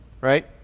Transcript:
right